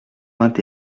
vingt